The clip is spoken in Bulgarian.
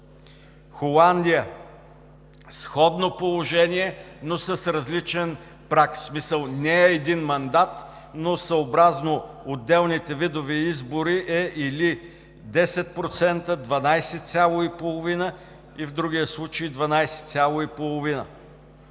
Холандия – сходно положение, но с различен праг, в смисъл не е един мандат, но съобразно отделните видове избори е или 10%, 12,5% и в другия случай – 12,5.